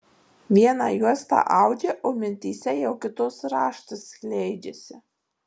vieną juostą audžia o mintyse jau kitos raštas skleidžiasi